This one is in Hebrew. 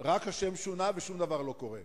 רק השם שונה, ושום דבר לא קורה.